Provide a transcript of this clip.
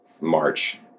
March